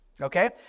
okay